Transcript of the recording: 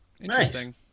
interesting